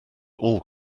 all